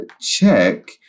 check